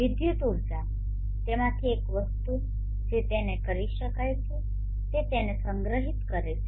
વિદ્યુત ઉર્જા તેમાંથી એક વસ્તુ જે તેને કરી શકાય છે તે તેને સંગ્રહિત કરે છે